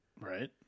Right